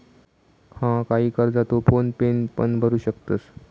हा, काही कर्जा तू फोन पेन पण भरू शकतंस